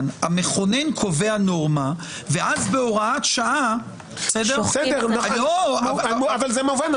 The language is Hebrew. זה שהמכונן קובע נורמה ואז בהוראת שעה --- אבל זה מובן.